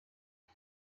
ryo